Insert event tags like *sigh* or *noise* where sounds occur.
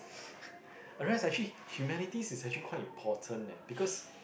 *breath* I realise actually humanities is actually quite important leh because